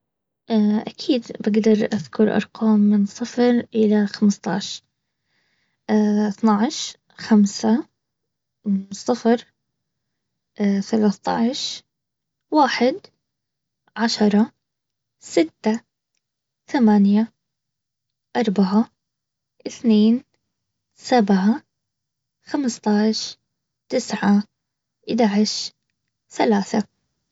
اكيد بقدر اذكر ارقام من صفر الي خمستاش، اتناش ،خمسه ،صفر، ثلاثطاش، واحد دعشره، سته ،ثمانيه، اربعه، اثنين، سبعه ،خمستاش، تسعه ،أتاش، ثلاثه